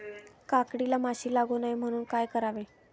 काकडीला माशी लागू नये म्हणून काय करावे?